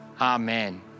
Amen